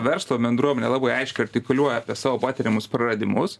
verslo bendruomenė labai aiškiai artikuliuoja apie savo patiriamus praradimus